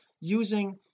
using